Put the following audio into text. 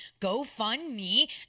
GoFundMe